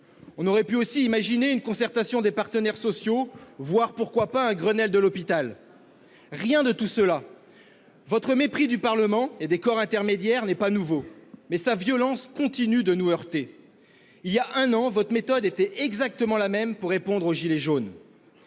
On aurait pu aussi imaginer une concertation des partenaires sociaux, voire un Grenelle de l'hôpital ! Rien de tout cela : votre mépris du Parlement et des corps intermédiaires n'est pas nouveau, mais sa violence continue de nous heurter. Il y a un an, votre méthode a été exactement la même pour répondre aux « gilets jaunes